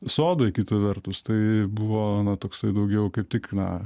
sodai kita vertus tai buvo toksai daugiau kaip tik na